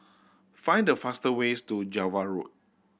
find the faster ways to Java Road